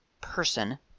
person